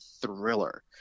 thriller